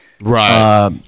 Right